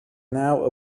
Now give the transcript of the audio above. now